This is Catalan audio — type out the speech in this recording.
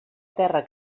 terra